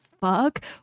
fuck